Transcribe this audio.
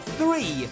three